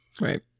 Right